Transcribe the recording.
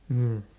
ya